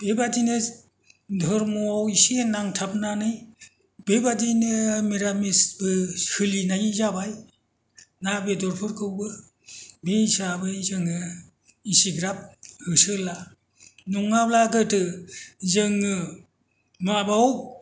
बेबादिनो धरम'आव एसे नांथाबनानै बेबादिनो मिरामिसबो सोलिनाय जाबाय ना बेदरफोरखौबो बे हिसाबै जोङो एसेग्राब होसोला नङाब्ला गोदो जोङो माबाव